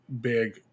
big